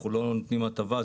אנחנו לא נותנים הטבה,